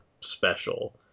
special